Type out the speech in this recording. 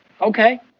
okay